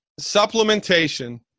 supplementation